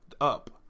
up